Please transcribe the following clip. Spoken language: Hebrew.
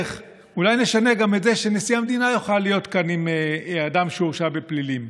אולי נשנה גם את זה שנשיא המדינה יוכל להיות כאן אדם שהורשע בפלילים,